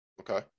Okay